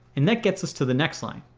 and that gets us to the next line.